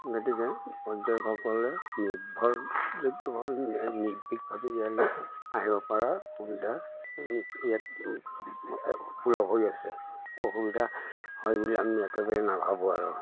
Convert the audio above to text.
গতিকে পৰ্যায়টকসকলে নিৰ্ভৰ আহিব পৰাৰ সুবিধা ইয়াত সুলভ হৈ আছে অসুবিধা হয় বুলি আমি একেবাৰে নাভাবোঁ আৰু